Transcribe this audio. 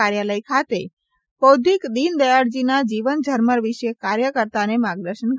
કાર્યાલય ખાતે બૌદ્વિક દિનદયાળજીના જીવન ઝરમર વિશે કાર્યકર્તાને માર્ગદર્શન કરશે